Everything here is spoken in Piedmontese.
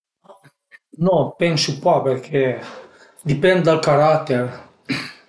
No pensu pa perché dipend dal carater